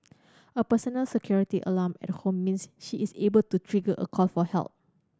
a personal security alarm at home means she is able to trigger a call for help